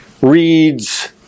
reads